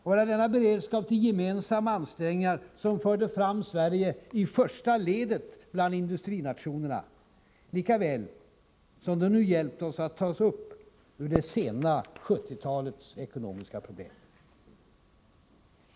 Det var denna beredskap till gemensamma ansträngningar som förde fram Sverige i första ledet bland industrinationerna lika väl som den nu har hjälpt oss att ta oss upp ur det sena 1970-talets ekonomiska problem.